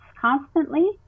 constantly